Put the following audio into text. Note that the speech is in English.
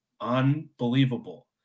unbelievable